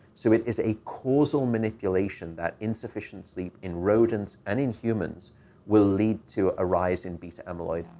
so it is a causal manipulation. that insufficient sleep in rodents and in humans will lead to a rise in beta amyloid.